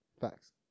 Facts